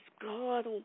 God